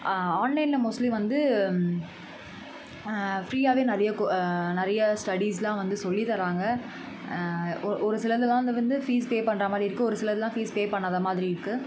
ஆன்லைன்ல மோஸ்ட்லி வந்து ஃப்ரீயாவே நிறைய கோ நிறைய ஸ்டடீஸ்லாம் வந்து சொல்லித் தராங்கள் ஒ ஒரு சிலதெல்லாம் வந்து ஃபீஸ் பே பண்ணுற மாதிரி இருக்குது ஒரு சிலதெல்லாம் ஃபீஸ் பே பண்ணாத மாதிரி இருக்குது